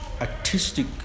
artistic